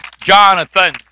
Jonathan